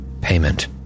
payment